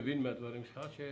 מהדברים שלך אני מבין